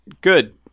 good